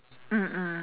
mm mm